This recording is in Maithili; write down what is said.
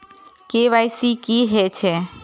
के.वाई.सी की हे छे?